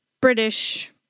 British